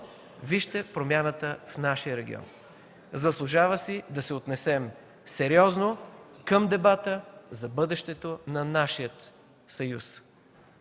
Вижте промяната в нашия регион. Заслужава си да се отнесем сериозно към дебата за бъдещото на нашия Съюз.